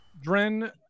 dren